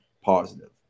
positive